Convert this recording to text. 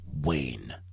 Wayne